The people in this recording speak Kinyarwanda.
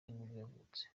yavutse